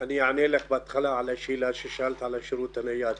אני אענה לך בהתחלה על השאלה ששאלת על השירות הנייד.